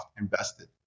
invested